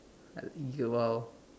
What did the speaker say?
I'll ease you out